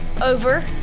over